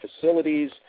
facilities